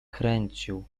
kręcił